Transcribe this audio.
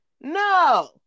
no